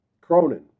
Cronin